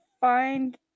find